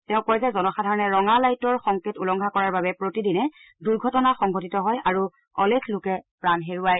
তেওঁ কয় যে জনসাধাৰণে ৰঙা লাইটৰ সংকেত উলংঘা কৰাৰ বাবে প্ৰতিদিনে দুৰ্ঘটনা সংঘটিত হয় আৰু অলেখ লোকে প্ৰাণ হেৰুৱায়